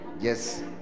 yes